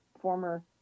former